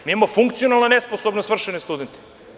Mi imamo funkcionalno nesposobno svršene studente.